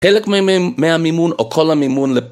חלק מהמימון או כל המימון